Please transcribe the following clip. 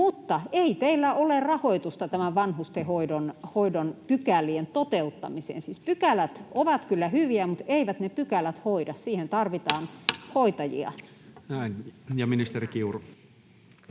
pois. Ei teillä ole rahoitusta näiden vanhustenhoidon pykälien toteuttamiseen. Siis pykälät ovat kyllä hyviä, mutta eivät ne pykälät hoida — siihen tarvitaan hoitajia. Näin. — Ministeri Kiuru.